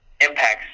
impacts